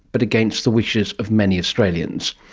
but against the wishes of many australians.